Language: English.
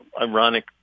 ironic